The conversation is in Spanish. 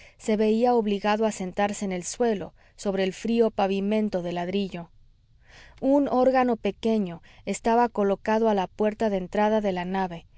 se veía obligado a sentarse en el suelo sobre el frío pavimento de ladrillo un órgano pequeño estaba colocado a la puerta de entrada de la nave